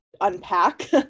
unpack